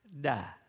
die